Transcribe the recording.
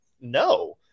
No